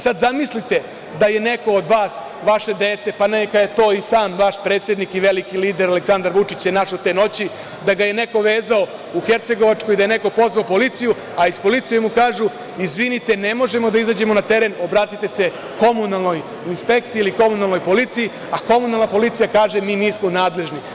Sad zamislite da je neko od vas, vaše dete, pa neka je i to sam vaš predsednik i veliki lider, Aleksandar Vučić se našao te noći, da ga je neko vezao u Hercegovačkoj, da je neko pozvao policije, a iz policije mu kažu – izvinite, ne možemo da izađemo na teren, obratite se Komunalnoj policiji, ili Komunalnoj inspekciji, a Komunalna policija kaže mi nismo nadležni.